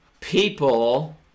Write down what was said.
People